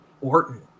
Orton